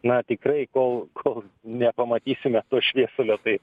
na tikrai kol kol nepamatysime to šviesulio tai